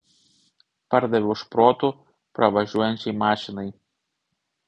pardaviau šprotų pravažiuojančiai mašinai